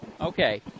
Okay